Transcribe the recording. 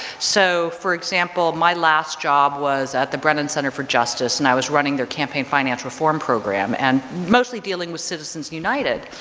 so for example, my last job was at the brennan center for justice and i was running their campaign finance reform program and mostly dealing with citizens united.